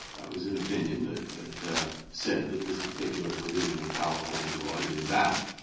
that was an opinion that that said that this particular provision of california law is invalid.